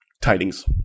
tidings